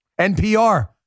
NPR